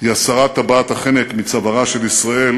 הייתה הסרת טבעת החנק מצווארה של ישראל,